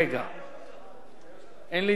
אין לי תוצאות, רבותי.